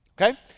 okay